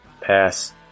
Pass